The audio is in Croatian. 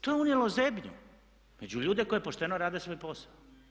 To je unijelo zebnju među ljude koji pošteno rade svoj posao.